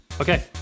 okay